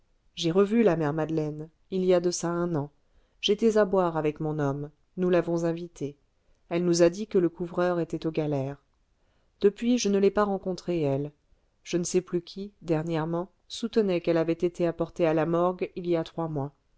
j'ai revu la mère madeleine il y a de ça un an j'étais à boire avec mon homme nous l'avons invitée elle nous a dit que le couvreur était aux galères depuis je ne l'ai pas rencontrée elle je ne sais plus qui dernièrement soutenait qu'elle avait été apportée à la morgue il y a trois mois